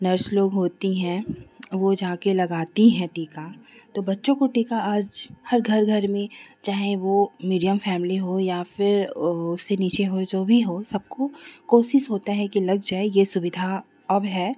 nurse लोग होती हैं वह जाकर लगाती हैं टीका तो बच्चों को टीका आज हर घर घर में चाहे वह मीडियम फ़ैमिली हो या फिर वह उससे नीचे हो जो भी हो सबकी कोशिश होती है कि लग जाए यह सुविधा अब है